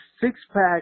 six-pack